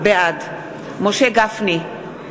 בעד משה גפני,